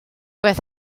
beth